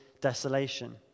desolation